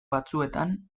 batzuetan